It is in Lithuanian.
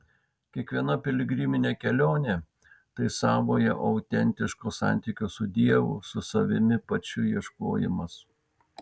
kiekviena piligriminė kelionė tai savojo autentiško santykio su dievu su savimi pačiu ieškojimas